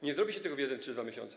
Nie zrobi się tego w 1 czy 2 miesiące.